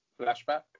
Flashback